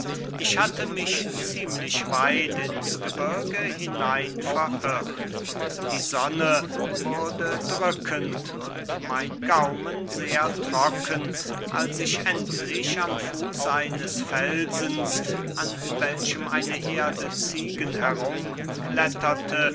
ich hatte mich ziemlich weit ins gebirge hinein verirrt die sonne wurde drückend und mein gaumen sehr trocken als ich endlich am fuß eines felsens an welchem eine herde ziegen